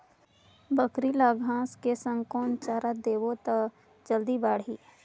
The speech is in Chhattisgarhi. बकरी ल घांस के संग कौन चारा देबो त जल्दी बढाही?